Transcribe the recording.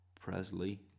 Presley